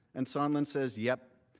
and sondland says yes.